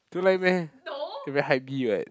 don't like meh you very what